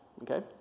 okay